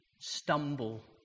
stumble